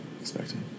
expecting